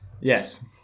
Yes